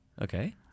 Okay